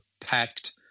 packed